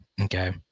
Okay